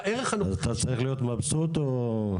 אז אתה צריך להיות מבסוט או?